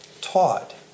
taught